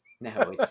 no